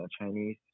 chinese